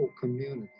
community